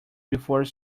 before